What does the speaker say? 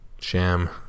sham